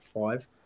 five